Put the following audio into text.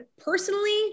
personally